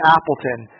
Appleton